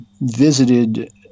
visited